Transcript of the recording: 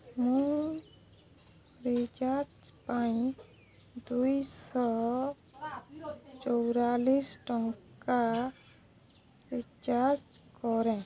ମୁଁ ରିଚାର୍ଜ୍ ପାଇଁ ଦୁଇଶହ ଚଉରାଳିଶ ଟଙ୍କା ରିଚାର୍ଜ୍ କରେ